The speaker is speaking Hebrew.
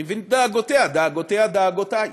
אני מבין את דאגותיה, דאגותיה, דאגותי: